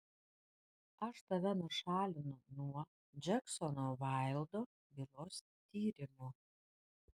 aš tave nušalinu nuo džeksono vaildo bylos tyrimo